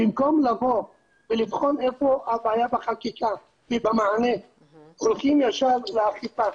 במקום לבוא ולבחון איפה הבעיה בחקיקה ובמענה הולכים ישר לאכיפה.